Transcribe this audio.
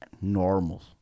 normal